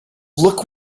look